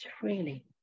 freely